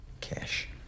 cash